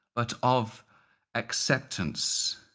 but of acceptance.